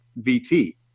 VT